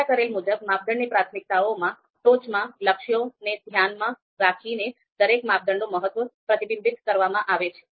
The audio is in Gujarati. ચર્ચા કરેલ મુજબ માપદંડની પ્રાથમિકતાઓમાં ટોચનાં લક્ષ્યને ધ્યાનમાં રાખીને દરેક માપદંડનું મહત્વ પ્રતિબિંબિત કરવામાં આવે છે